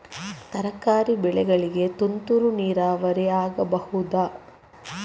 ತರಕಾರಿ ಬೆಳೆಗಳಿಗೆ ತುಂತುರು ನೀರಾವರಿ ಆಗಬಹುದಾ?